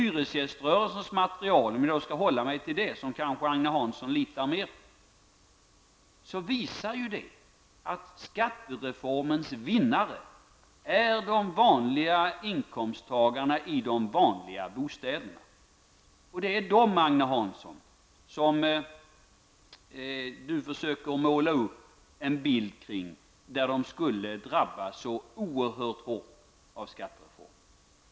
Hyresgäströrelsens material -- om jag nu skall hålla mig till det som Agne Hansson kanske litar mer på -- visar ju att skattereformens vinnare är de vanliga inkomsttagarna i de vanliga bostäderna. Agne Hansson försöker måla upp en bild av att de skulle drabbas så oerhört hårt av skattereformen.